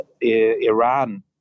Iran